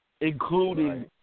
including